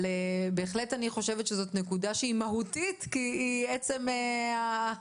אבל בהחלט אני חושבת שזאת נקודה מהותית כי היא עצם העניין,